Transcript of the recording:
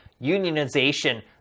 unionization